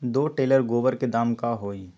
दो टेलर गोबर के दाम का होई?